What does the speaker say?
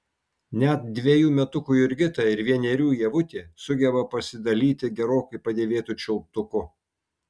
net dvejų metukų jurgita ir vienerių ievutė sugeba pasidalyti gerokai padėvėtu čiulptuku